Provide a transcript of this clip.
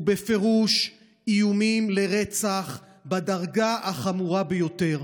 הוא בפירוש איומים ברצח בדרגה החמורה ביותר.